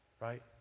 right